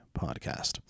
podcast